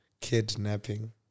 Kidnapping